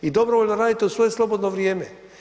I dobrovoljno radite u svoje slobodno vrijeme.